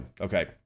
Okay